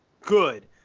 good